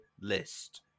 List